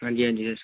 हांजी हांजी